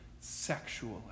sexually